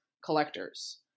collectors